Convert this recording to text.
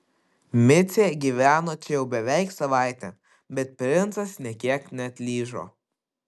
micė gyveno čia jau beveik savaitę bet princas nė kiek neatlyžo